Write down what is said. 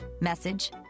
Message